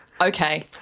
Okay